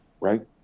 Right